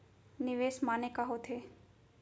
निवेश माने का होथे?